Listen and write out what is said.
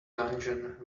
dungeon